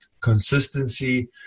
consistency